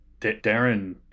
Darren